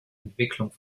entwicklung